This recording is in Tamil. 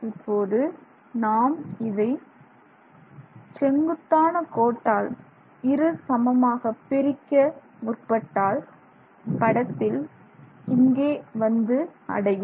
இப்போது நாம் இதை செங்குத்தான கோட்டால் இரு சமமாக பிரிக்க முற்பட்டால் படத்தில் இங்கே வந்து அடையும்